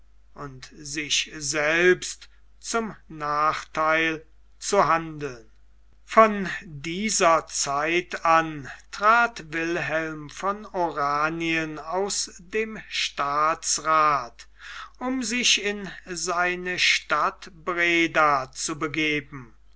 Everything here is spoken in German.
und sich selbst zum nachtheil zu handeln von dieser zeit an trat wilhelm von oranien aus dem staatsrath um sich in seine stadt breda zu begeben